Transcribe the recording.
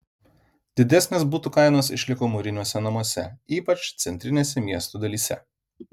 didesnės butų kainos išliko mūriniuose namuose ypač centrinėse miestų dalyse